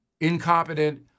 incompetent